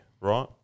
right